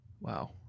Wow